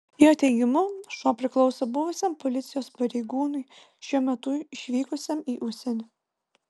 jo teigimu šuo priklauso buvusiam policijos pareigūnui šiuo metu išvykusiam į užsienį